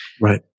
Right